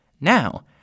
Now